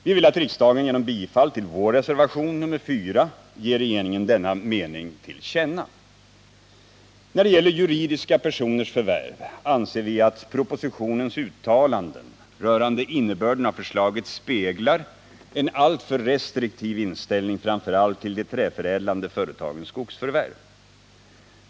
Vi vill att riksdagen genom bifall till vår reservation 4 ger regeringen denna mening till känna. När det gäller juridiska personers förvärv anser vi att uttalandena i propositionen rörande innebörden av förslaget speglar en alltför restriktiv inställning, framför allt till de träförädlande företagens skogsförvärv.